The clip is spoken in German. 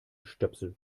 stöpsel